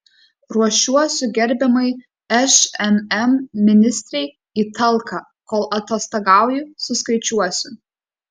ruošiuosi gerbiamai šmm ministrei į talką kol atostogauju suskaičiuosiu